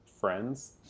friends